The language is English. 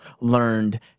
learned